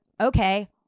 okay